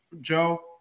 Joe